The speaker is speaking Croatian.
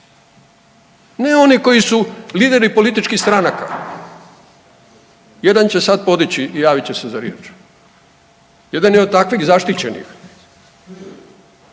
ne oni koji su lideri političkih stranaka. Jedan će sad podići i javiti će se za riječ, jedan je od takvih zaštićenih.